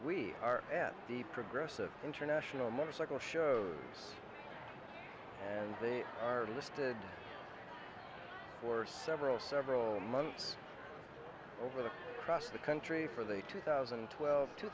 we are at the progressive international motorcycle show and they are listed for several several months over the cross the country for the two thousand and twelve two